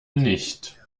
nicht